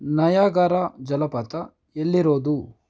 Niagara ಜಲಪಾತ ಎಲ್ಲಿರೋದು